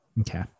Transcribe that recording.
Okay